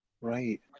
right